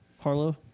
Harlow